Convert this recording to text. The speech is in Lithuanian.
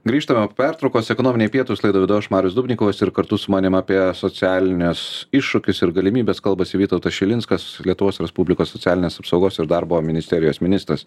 grįžtame po pertraukos ekonominiai pietūs laidą vedu aš marius dubnikovas ir kartu su manim apie socialinius iššūkius ir galimybes kalbasi vytautas šilinskas lietuvos respublikos socialinės apsaugos ir darbo ministerijos ministras